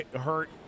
hurt